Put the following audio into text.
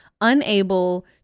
unable